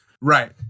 Right